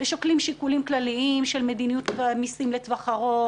ושוקלים שיקולים כלליים של מדיניות המיסים לטווח ארוך